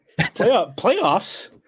Playoffs